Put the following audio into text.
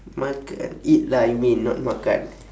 makan eat lah you mean not makan